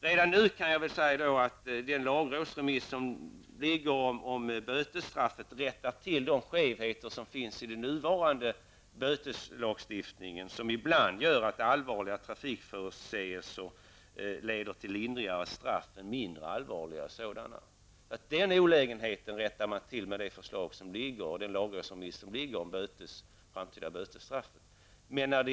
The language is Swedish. Redan nu kan jag dock säga att man i lagrådsremissen rättat till de skevheter som finns i den nuvarande böteslagstiftningen. Denna lagstiftning gör att allvarliga trafikförseelser ibland leder till lindrigare straff än mindre allvarliga sådana. Den olägenheten rättas till i lagrådsremissen om de framtida bötesstraffen.